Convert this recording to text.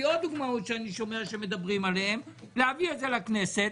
עוד דוגמאות שאני שומע שמדברים עליהן להביא את זה לכנסת,